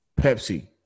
Pepsi